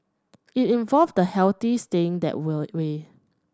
it involves the healthy staying that will way